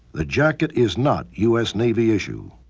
the jacket is not us navy issue.